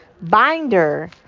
Binder